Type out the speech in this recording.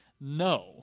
No